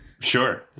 Sure